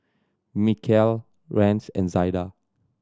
Mikeal Rance and Zaida